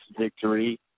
victory